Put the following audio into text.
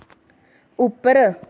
उप्पर